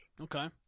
Okay